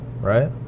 Right